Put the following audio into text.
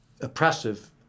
oppressive